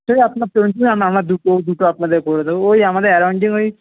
সে আপনার পেমেন্ট নিয়ে আমরা দুটো দুটো আপনাদের করে দেবো ওই আমাদের এরাউন্ডিং ওই